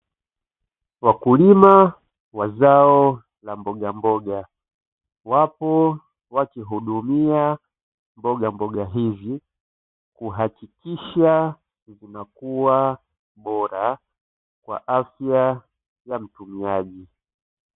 Wakulima wa zao la mbogamboga wapo wakihudumia mbogamboga hizi kuhakikisha inakua bora kwa afya ya watumiaji.